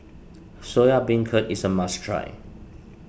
Soya Beancurd is a must try